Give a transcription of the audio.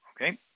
okay